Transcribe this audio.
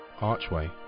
archway